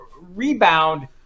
rebound